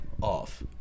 off